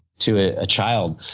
to a child.